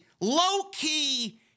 low-key